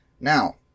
Now